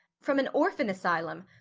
from an orphan asylum!